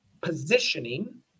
positioning